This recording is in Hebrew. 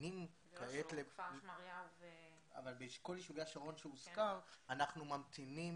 כפר שמריהו ו --- אבל באשכול יישובי השרון שהוזכר אנחנו ממתינים